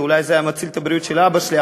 אולי זה היה מציל את הבריאות של אבא שלי,